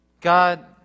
God